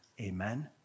Amen